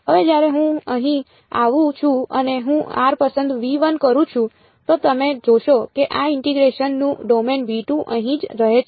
હવે જ્યારે હું અહીં આવું છું અને હું r પસંદ કરું છું તો તમે જોશો કે આ ઇન્ટીગ્રેશન નું ડોમેન અહીં જ રહે છે